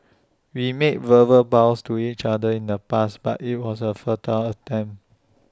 we made verbal vows to each other in the past but IT was A futile attempt